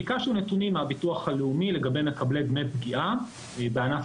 ביקשנו נתונים מהביטוח הלאומי לגבי מקבלי דמי פגיעה בענף